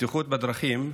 לבטיחות בדרכים.